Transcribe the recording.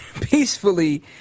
peacefully